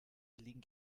liegen